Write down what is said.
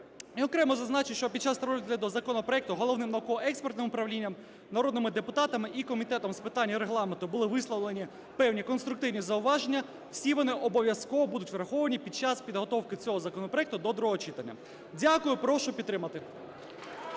окремо зазначу, що під час розгляду законопроекту Головним науково-експертним управлінням, народними депутатами і Комітетом з питань Регламенту були висловлені певні конструктивні зауваження. Всі вони обов'язково будуть враховані під час підготовки цього законопроекту до другого читання. Дякую. Прошу підтримати.